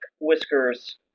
Whiskers